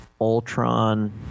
Ultron